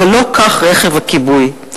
אבל לא כך רכב הכיבוי,